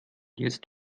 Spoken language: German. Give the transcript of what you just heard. jetzt